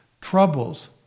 troubles